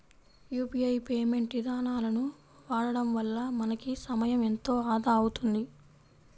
UPI payment ఇదానాలను వాడడం వల్ల మనకి సమయం ఎంతో ఆదా అవుతుంది